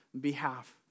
behalf